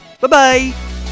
bye-bye